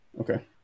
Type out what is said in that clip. Okay